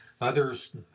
Others